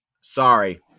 sorry